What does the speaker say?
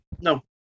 No